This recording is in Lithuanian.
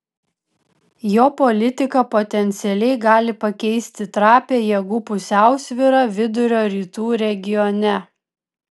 jo politika potencialiai gali pakeisti trapią jėgų pusiausvyrą vidurio rytų regione